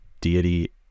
deity